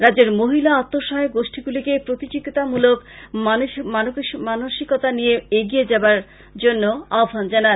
রাজ্যের মহিলা আত্মসহায়ক গোষ্টীগুলিকে প্রতিযোগীতামূলক মানসিকতা নিয়ে এগিয়ে থাকার জন্য আহ্বান জানান